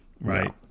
right